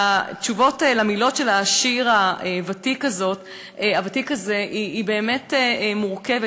התשובה למילות השיר הוותיק הזה היא באמת מורכבת,